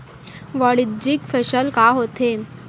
वाणिज्यिक फसल का होथे?